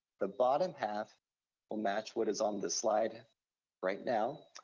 the bottom half will match what is on the slide right now,